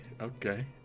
okay